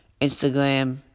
Instagram